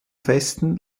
festen